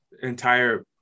entire